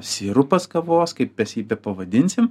sirupas kavos kaip mes jį bepavadinsim